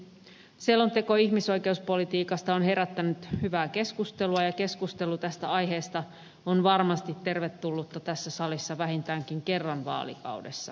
selonteko ihmisoikeuspolitiikasta on herättänyt hyvää keskustelua ja keskustelu tästä aiheesta on varmasti tervetullutta tässä salissa vähintäänkin kerran vaalikaudessa